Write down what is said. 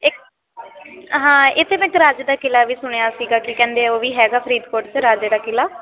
ਇੱਕ ਹਾਂ ਇੱਥੇ ਮੈਂ ਇੱਕ ਰਾਜੇ ਦਾ ਕਿਲ੍ਹਾ ਵੀ ਸੁਣਿਆ ਸੀਗਾ ਕਿ ਕਹਿੰਦੇ ਉਹ ਵੀ ਹੈਗਾ ਫਰੀਦਕੋਟ 'ਤੇ ਰਾਜੇ ਦਾ ਕਿਲ੍ਹਾ